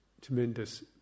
tremendous